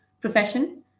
profession